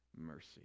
mercy